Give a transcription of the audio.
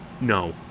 No